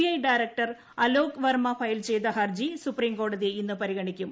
I director Alok Varma file ചെയ്ത ഹർജി സുപ്രീംകോടതി ഇന്ന് പരിഗണിക്കും